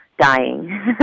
dying